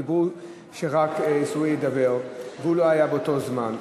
דיברו שרק עיסאווי ידבר והוא לא היה באותו זמן.